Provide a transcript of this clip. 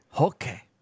Okay